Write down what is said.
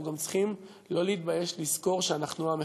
אנחנו גם צריכים שלא להתבייש לזכור שאנחנו עם אחד.